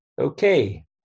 Okay